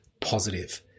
positive